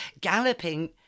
galloping